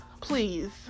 please